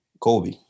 Kobe